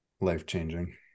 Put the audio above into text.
life-changing